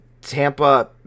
Tampa